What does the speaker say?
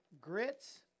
grits